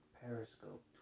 Periscope